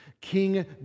King